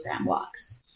walks